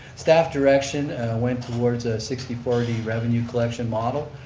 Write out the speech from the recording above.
staff direction when towards ah sixty forty revenue collection model.